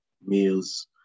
meals